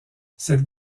cette